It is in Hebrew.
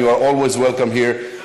אני מוסיף לפרוטוקול את חבר הכנסת סאלח סעיד.